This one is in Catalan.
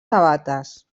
sabates